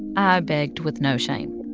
i begged with no shame.